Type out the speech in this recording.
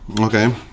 okay